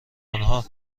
آنها